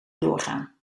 doorgaan